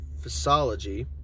physiology